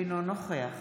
אינו נוכח